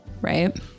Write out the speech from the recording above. right